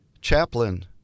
chaplain